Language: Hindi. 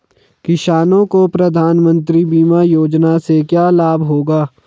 किसानों को प्रधानमंत्री बीमा योजना से क्या लाभ होगा?